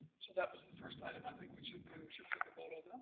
so that was the first item i think we should kind of should but